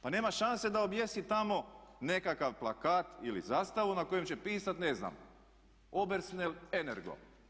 Pa nema šanse da objesi tamo nekakav plakat ili zastavu na kojem će pisati ne znam Obersnel Energo.